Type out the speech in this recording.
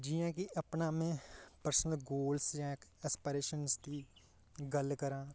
जि'यां कि अपना में परसनल गोल जां ऐसपिरेशन दी गल्ल करां